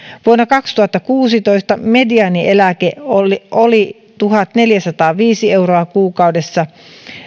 vuonna kaksituhattakuusitoista mediaanieläke oli oli tuhatneljäsataaviisi euroa kuukaudessa